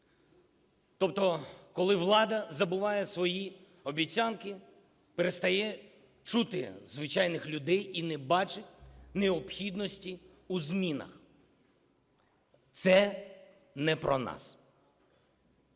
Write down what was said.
Тобто коли влада забуває свої обіцянки, перестає чути звичайних людей і не бачить необхідності у змінах. Це не про нас.